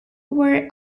were